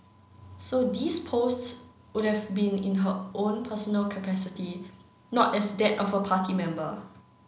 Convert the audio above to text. so these posts would've been in her own personal capacity not as that of a party member